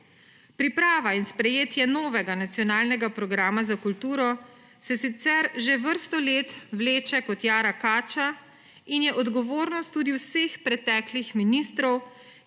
Priprava in sprejetje novega Nacionalnega programa za kulturo se sicer že vrsto let vleče kot jara kača in je odgovornost tudi vseh preteklih ministrov,